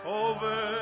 over